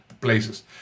places